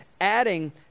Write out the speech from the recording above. adding